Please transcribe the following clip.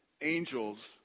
angels